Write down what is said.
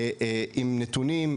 עם נתונים,